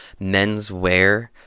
menswear